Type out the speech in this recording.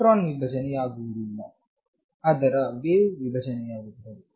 electron ವಿಭಜನೆಯಾಗುವುದಿಲ್ಲ ಅದರ wave ವಿಭಜನೆಯಾಗುತ್ತದೆ